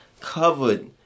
covered